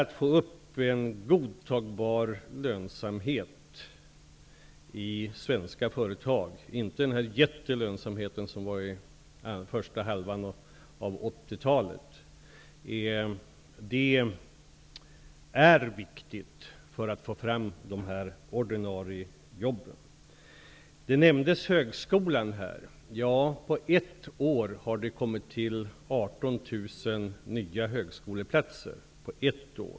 Att få upp en godtagbar lönsamhet i svenska företag -- inte sådan ''jättelönsamhet'' som under första halvan av 80-talet -- är viktigt för att få fram ordinarie jobb. Högskolan nämndes här. På ett år har det tillkommit 18 000 nya högskoleplatser.